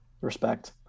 Respect